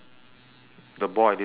the boy little boy